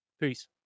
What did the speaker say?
Peace